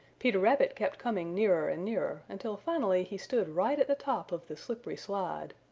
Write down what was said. peter rabbit kept coming nearer and nearer until finally he stood right at the top of the slippery slide.